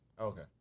Okay